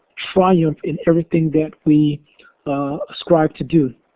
triumph in everything that we ascribe to do.